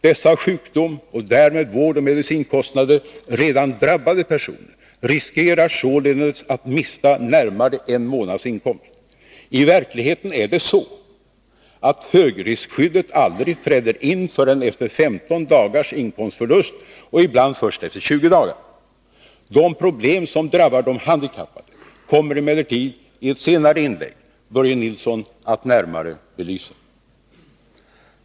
Dessa av sjukdom och därmed vårdoch medicinkostnader redan drabbade personer riskerar således att mista närmare en månads inkomst. I verkligheten är det så, att högriskskyddet aldrig träder in förrän efter 15 dagars inkomstförlust och ibland först efter 20 dagar. De problem som drabbar de handikappade kommer i ett senare inlägg Börje Nilsson att närmare belysa.